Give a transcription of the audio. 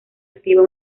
activa